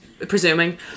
presuming